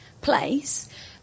place